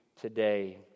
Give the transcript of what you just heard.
today